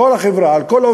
כל החברה, על כל עובדיה,